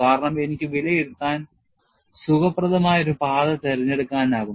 കാരണം എനിക്ക് വിലയിരുത്താൻ സുഖപ്രദമായ ഒരു പാത തിരഞ്ഞെടുക്കാനാകും